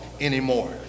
anymore